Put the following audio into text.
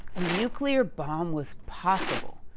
a nuclear bomb was possible.